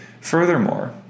Furthermore